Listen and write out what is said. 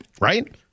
right